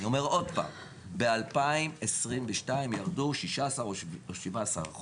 אני אומר עוד פעם, ב-2022 ירדו 16% או 17%,